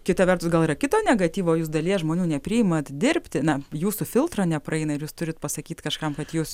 kita vertus gal yra kito negatyvo jūs dalies žmonių nepriimat dirbti na jūsų filtrą nepraeina ir jūs turit pasakyt kažkam kad jūs